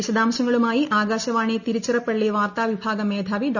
വിശദാംശങ്ങളുമായി ആകാശവാണി തിരുച്ചിറപ്പള്ളി വാർത്താവിഭാഗം മേധാവി ഡോ